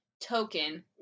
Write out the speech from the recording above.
token